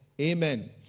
Amen